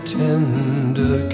tender